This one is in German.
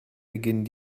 beginnen